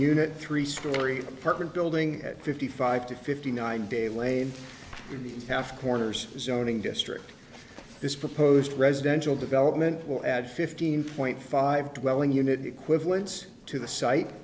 unit three story apartment building at fifty five to fifty nine de laine in the half corners zoning district this proposed residential development will add fifteen point five welling unit equivalents to the site